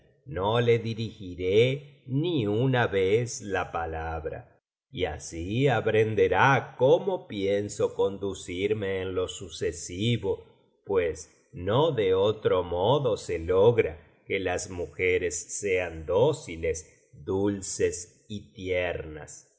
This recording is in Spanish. no le dirigiré ni una vez la palabra y así aprenderá cómo pienso conducirme en lo sucesivo pues no de otro modo se logra que las mujeres sean dóciles dulces y tiernas